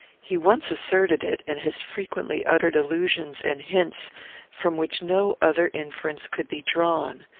he once asserted it and has frequently uttered allusions and hints from which no other inference could be drawn.